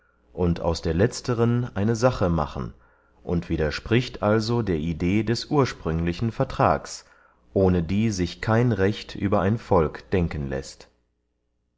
und aus der letzteren eine sache machen und widerspricht also der idee des ursprünglichen vertrags ohne die sich kein recht über ein volk denken läßt